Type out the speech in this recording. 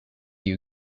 you